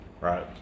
Right